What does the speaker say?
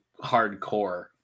hardcore